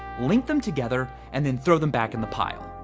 link them together and then throw them back in the pile.